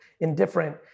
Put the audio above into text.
indifferent